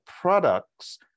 product's